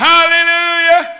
Hallelujah